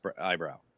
eyebrow